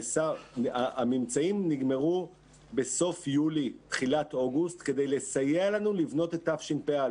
הממצאים נגמרו בסוף יולי תחילת אוגוסט כדי לסייע לנו לבנות את תשפ"א.